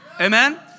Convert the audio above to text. Amen